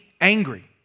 angry